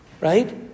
right